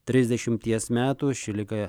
trisdešimties metų ši liga